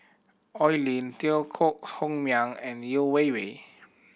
Oi Lin Teo Koh Home Miang and Yeo Wei Wei